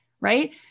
Right